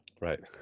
Right